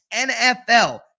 NFL